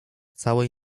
całej